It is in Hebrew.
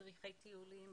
מדריכי טיולים,